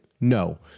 no